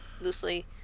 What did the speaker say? loosely